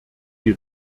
die